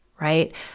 right